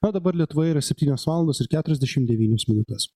na o dabar lietuvoje yra septynios valandos ir keturiasdešimt devynios minutės